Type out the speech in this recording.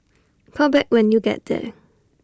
call back when you get there